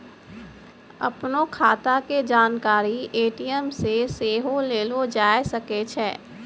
अपनो खाता के जानकारी ए.टी.एम से सेहो लेलो जाय सकै छै